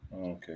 Okay